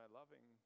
loving